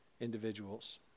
individuals